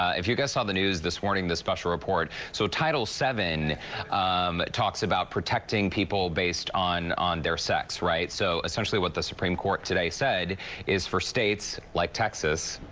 if you guys saw the news this morning, the special report, so title seven um talks about protecting people based on on their sex, so essentially what the supreme court today said is for states like texas,